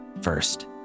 First